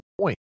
point